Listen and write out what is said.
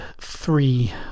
three